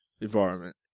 environment